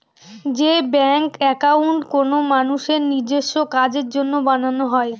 যে bank account কোনো মানুষের নিজেস্ব কাজের জন্য বানানো হয়